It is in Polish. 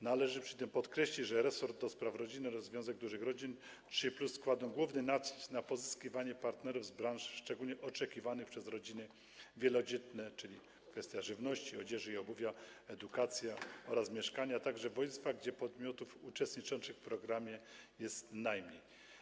Należy przy tym podkreślić, że resort do spraw rodziny oraz Związek Dużych Rodzin Trzy Plus kładą główny nacisk na pozyskiwanie partnerów z branż szczególnie oczekiwanych przez rodziny wielodzietne, czyli chodzi o żywność, odzież i obuwie, edukację oraz mieszkania, a także w województwach, gdzie podmiotów uczestniczących w programie jest najmniej.